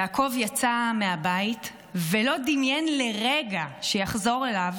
יעקב יצא מהבית ולא דמיין לרגע שיחזור אליו